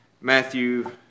Matthew